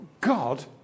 God